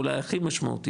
אולי הכי משמעותית,